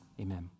Amen